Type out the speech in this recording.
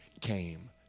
came